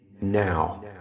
now